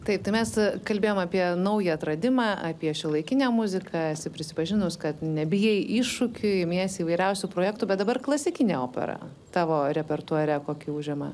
taip tai mes kalbėjom apie naują atradimą apie šiuolaikinę muziką prisipažinus kad nebijai iššūkių imiesi įvairiausių projektų bet dabar klasikinė opera tavo repertuare kokį užima